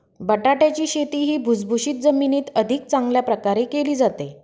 बटाट्याची शेती ही भुसभुशीत जमिनीत अधिक चांगल्या प्रकारे केली जाते